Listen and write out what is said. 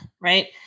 Right